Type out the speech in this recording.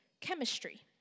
chemistry